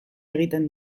egiten